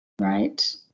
right